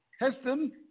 Heston